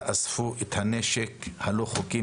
תאספו את הנשק הלא חוקי,